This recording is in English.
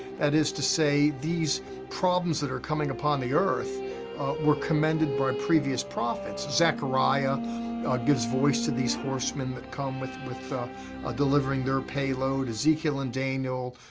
that is to say, these problems that are coming upon the earth were commended by previous prophets. zechariah gives voice to these horsemen that come with with ah delivering their payload. ezekiel and daniel,